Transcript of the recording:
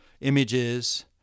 Images